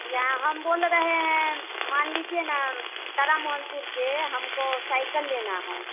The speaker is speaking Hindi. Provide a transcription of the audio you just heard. या हम बोल रहे हैं मान लीजिए न तारा मोहनपुर से हमको साइकल लेना है